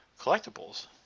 collectibles